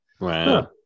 Wow